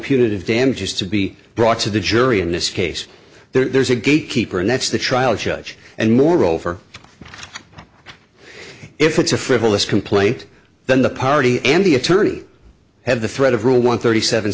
punitive damages to be brought to the jury in this case there's a gatekeeper and that's the trial church and moreover if it's a frivolous complaint then the party and the attorney have the thread of rule one thirty seven